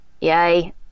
yay